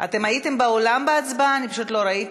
אני קובעת